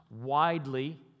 widely